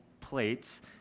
plates